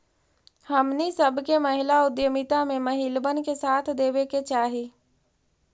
हमनी सब के महिला उद्यमिता में महिलबन के साथ देबे के चाहई